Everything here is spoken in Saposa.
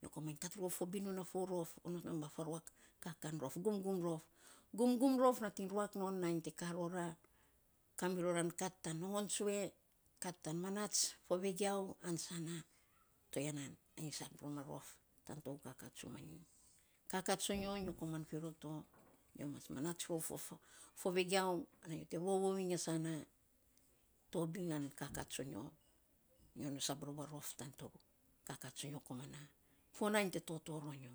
nyo komainy kat rou fo binun a fo rof onot ma faruak kakan rof gumgum rof nating ruak non nainy te ka rora, kami roran kat tan nongon tsue, kat tan manaats fo vegiau an sana toya nan ainy sab rom a rof tan tou kakaa tsumainyi. Kakaa tson yo, nyo koman fi rou to, nyo mas manaats rou fo vegiau ana nyo te vovou iny a sana, tobiny am kakaa tsonyo, nyo nainy sab rom a rof tan tou kakaa tsonyo tan fo nainy te toto ronyo